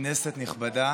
כנסת נכבדה,